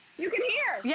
you can hear yeah